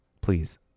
please